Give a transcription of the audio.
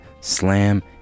Slam